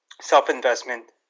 self-investment